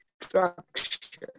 structure